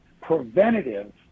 preventative